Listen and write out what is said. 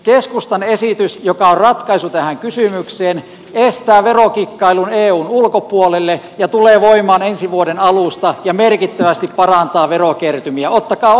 keskustan esitys joka on ratkaisu tähän kysymykseen estää verokikkailun eun ulkopuolelle tulee voimaan ensi vuoden alusta ja merkittävästi parantaa verokertymiä